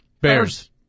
Bears